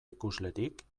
ikuslerik